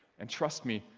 and trust me,